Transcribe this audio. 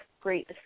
Great